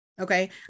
Okay